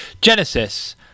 Genesis